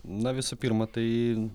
na visų pirma tai